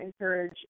encourage